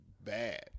bad